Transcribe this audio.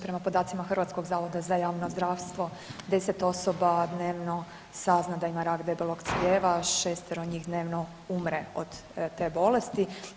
Prema podacima Hrvatskog zavoda za javno zdravstvo 10 osoba dnevno sazna da ima rak debelog crijeva, šestero njih dnevno umre od te bolesti.